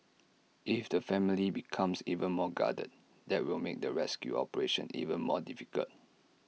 if the family becomes even more guarded that will make the rescue operation even more difficult